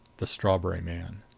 the strawberry man.